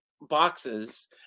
boxes